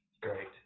Great